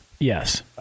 Yes